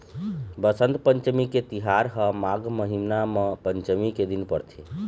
बसंत पंचमी के तिहार ह माघ महिना म पंचमी के दिन परथे